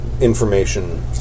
Information